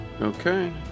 Okay